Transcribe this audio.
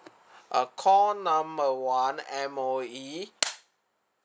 uh call number one M_O_E